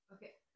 Okay